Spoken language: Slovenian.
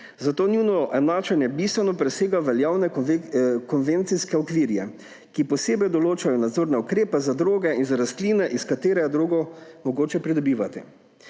zato njuno enačenje bistveno presega veljavne konvencijske okvire, ki posebej določajo nadzorne ukrepe za droge in za rastline, iz katere je drogo mogoče pridobivati.